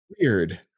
weird